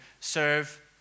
serve